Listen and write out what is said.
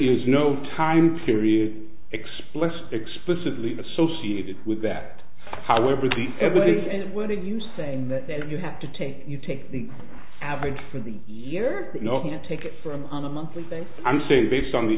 is no time period explicit explicitly associated with that however the evidence and what are you saying that you have to take you take the average for the year that knocking at take it from on a monthly thing i'm saying based on the